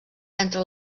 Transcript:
entre